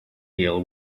deal